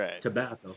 tobacco